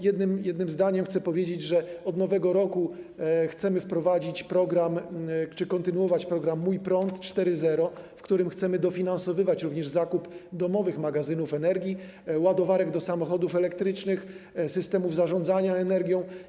Jednym zdaniem chcę powiedzieć, że od nowego roku chcemy wprowadzić program czy kontynuować program „Mój prąd” 4.0, w którym chcemy dofinansowywać również zakup domowych magazynów energii, ładowarek do samochodów elektrycznych i systemów zarządzania energią.